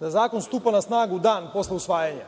da zakon stupa na snagu dan posle usvajanja?